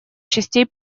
частей